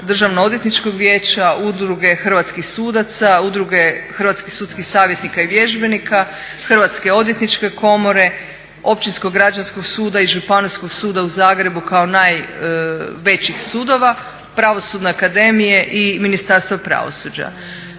Državno-odvjetničkog vijeća, Udruge hrvatskih sudaca, Udruge hrvatskih sudskih savjetnika i vježbenika, Hrvatske odvjetničke komore, Općinskog građanskog suda i Županijskog suda u Zagrebu kao najvećih sudova, Pravosudne akademije i Ministarstva pravosuđa.